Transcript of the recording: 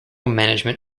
management